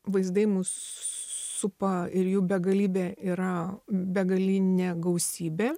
vaizdai mus supa ir jų begalybė yra begalinė gausybė